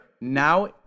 now